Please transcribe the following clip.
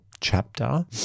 chapter